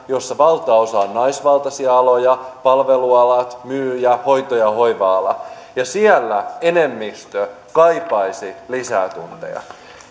jossa valtaosa on naisvaltaisia aloja palvelualat myyjät hoito ja hoiva ala ja siellä enemmistö kaipaisi lisää tunteja